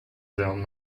down